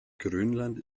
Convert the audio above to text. grönland